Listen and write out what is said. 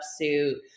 suit